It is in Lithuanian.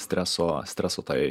streso streso tai